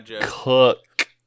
cook